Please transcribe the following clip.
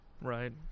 Right